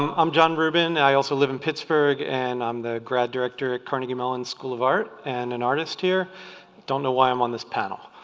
um i'm jon rubin. i also live in pittsburgh and i'm the grad director at carnegie mellon school of art and an artist here. i don't know why i'm on this panel,